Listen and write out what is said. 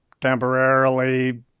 temporarily